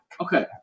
Okay